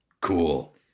Cool